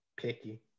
picky